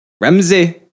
Ramsey